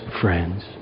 friends